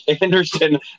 Anderson